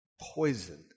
Poison